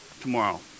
tomorrow